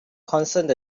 concerned